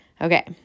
Okay